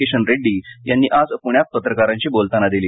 किशन रेड्डी यांनी आज पुण्यात पत्रकारांशी बोलताना दिली